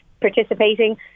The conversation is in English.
participating